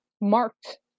marked